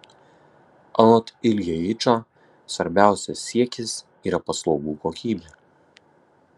anot iljeičio svarbiausias siekis yra paslaugų kokybė